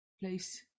place